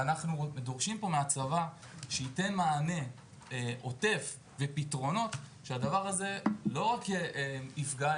ואנחנו דורשים פה מהצבא שייתן מענה עוטף ופתרונות שהדבר הזה לא רק יפגע,